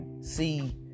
see